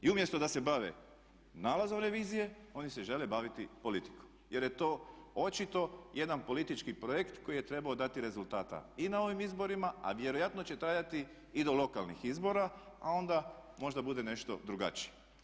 I umjesto da se bave nalazom revizije oni se žele baviti politikom jer je to očito jedan politički projekt koji je trebao dati rezultata i na ovim izborima a vjerojatno će trajati i do lokalnih izbora a onda možda bude nešto drugačije.